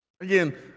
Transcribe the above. Again